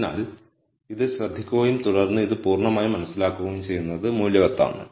അതിനാൽ ഇത് ശ്രദ്ധിക്കുകയും തുടർന്ന് ഇത് പൂർണ്ണമായും മനസ്സിലാക്കുകയും ചെയ്യുന്നത് മൂല്യവത്താണ്